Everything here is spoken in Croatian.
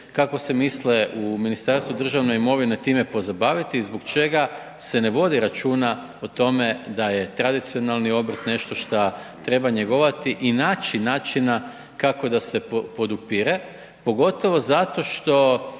kako se misle u Ministarstvu državne imovine time pozabaviti i zbog čega se ne vodi računa o tome da je tradicionalni obrt nešto što treba njegovati i naći načina kako da se podupire, pogotovo zato što